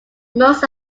most